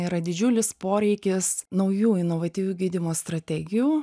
yra didžiulis poreikis naujų inovatyvių gydymo strategijų